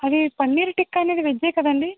అది పన్నీర్ టిక్కా అనేది వెజ్జె కదండీ